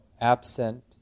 absent